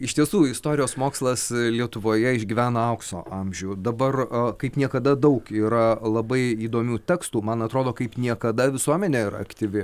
iš tiesų istorijos mokslas lietuvoje išgyvena aukso amžių dabar kaip niekada daug yra labai įdomių tekstų man atrodo kaip niekada visuomenė yra aktyvi